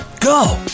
go